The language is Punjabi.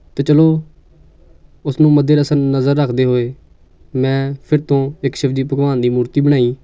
ਅਤੇ ਚਲੋ ਉਸ ਨੂੰ ਮੱਦੇ ਰਸਨ ਨਜ਼ਰ ਰੱਖਦੇ ਹੋਏ ਮੈਂ ਫਿਰ ਤੋਂ ਇੱਕ ਸ਼ਿਵ ਜੀ ਭਗਵਾਨ ਦੀ ਮੂਰਤੀ ਬਣਾਈ